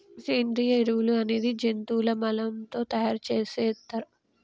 సేంద్రియ ఎరువులు అనేది జంతువుల మలం తో తయార్ సేత్తర్